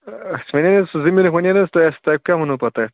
اَسہِ وَنیو نہ سُہ زٔمیٖنُک وَنیو نہ حظ تۄہہِ اَسہِ تۄہہِ کیاہ وونو پَتہٕ تتھ